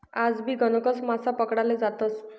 आजबी गणकच मासा पकडाले जातस